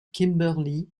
kimberly